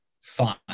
fun